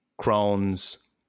Crohn's